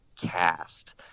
cast